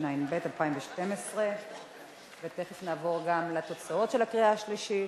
התשע"ב 2012. תיכף נעבור גם לתוצאות של הקריאה השלישית.